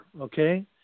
okay